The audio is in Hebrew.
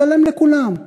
ישתלם לכולם.